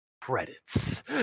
credits